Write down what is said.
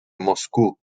moscú